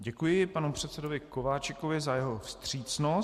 Děkuji panu předsedovi Kováčikovi za jeho vstřícnost.